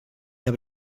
habe